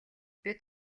бид